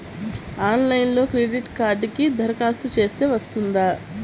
ఆన్లైన్లో క్రెడిట్ కార్డ్కి దరఖాస్తు చేస్తే వస్తుందా?